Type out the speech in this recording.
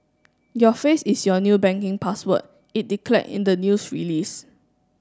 your face is your new banking password it declared in the news release